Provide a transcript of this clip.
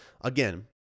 again